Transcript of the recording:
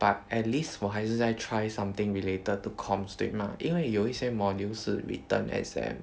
but at least 我还是在 try something related to comms 对吗因为有一些 module 是 written exam